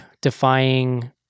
defying